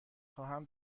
خواهم